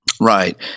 Right